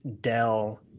Dell